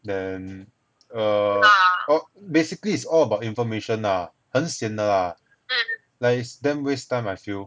then err ah basically is all about information lah 很 sian 的 lah like is damn waste time I feel